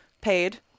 paid